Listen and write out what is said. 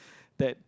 that